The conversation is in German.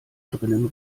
drinnen